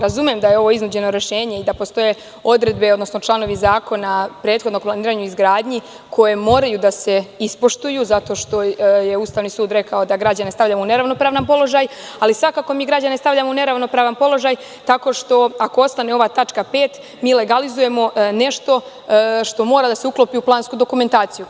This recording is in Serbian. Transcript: Razumem da je ovo iznuđeno rešenje i da postoje odredbe, odnosno članovi prethodnog Zakona o planiranju i izgradnji koji moraju da se ispoštuju zato što je Ustavni sud rekao da građane stavljamo u neravnopravan položaj, ali svakako građane stavljamo u neravnopravan položaj jer ako ostane ova tačka 5. legalizujemo neštošto mora da se uklopi u plansku dokumentaciju.